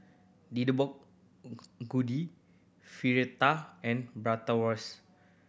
Deodeok Fritada and Bratwurst